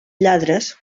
lladres